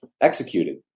executed